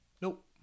Nope